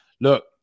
look